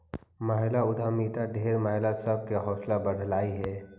महिला उद्यमिता ढेर महिला सब के हौसला बढ़यलई हे